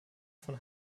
von